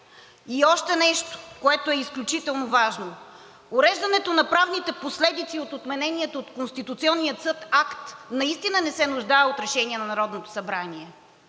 И още нещо, което е изключително важно. Уреждането на правните последици от отменения от Конституционния съд акт наистина не се нуждае от решение на Народното събрание,